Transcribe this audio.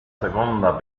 seconda